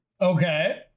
okay